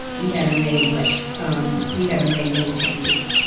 we haven't made much um we haven't made many changes